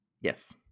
Yes